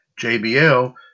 JBL